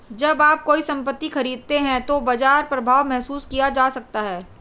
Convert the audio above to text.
जब आप कोई संपत्ति खरीदते हैं तो बाजार प्रभाव महसूस किया जा सकता है